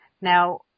Now